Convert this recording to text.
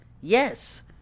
Yes